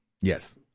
Yes